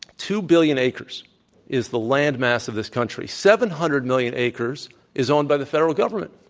two billion acres is the land mass of this country. seven hundred million acres is owned by the federal government.